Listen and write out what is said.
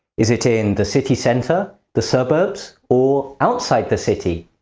is it in the city centre, the suburbs, or outside the city?